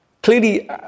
Clearly